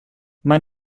mein